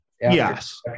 Yes